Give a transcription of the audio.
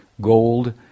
gold